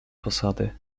posady